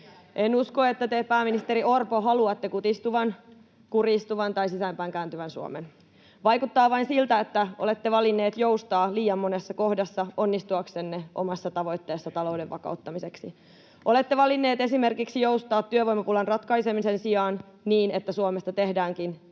En usko, että te, pääministeri Orpo, haluatte kutistuvan, kurjistuvan tai sisäänpäin kääntyvän Suomen. Vaikuttaa vain siltä, että olette valinnut joustaa liian monessa kohdassa onnistuaksenne omassa tavoitteessanne talouden vakauttamiseksi. Olette valinnut esimerkiksi joustaa työvoimapulan ratkaisemisen sijaan niin, että Suomesta tehdäänkin